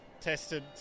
tested